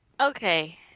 okay